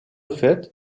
fait